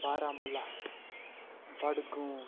Baramulla Budgam